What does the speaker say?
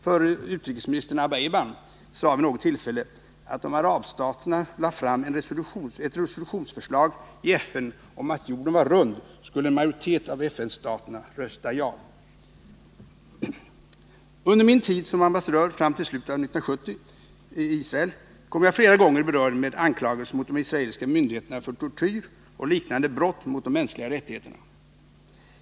Förre utrikesministern Abba Eban sade vid något tillfälle att om arabstaterna lade fram ett resolutionsförslag i FN om ett accepterande av påståendet att jorden var rund skulle en majoritet av FN-staterna rösta ja. Under min tid som ambassadör i Israel — fram till slutet av år 1970 — kom jag flera gånger i beröring med anklagelser mot de israeliska myndigheterna, vilka gällde tortyr och liknande brott mot de mänskliga rättigheterna.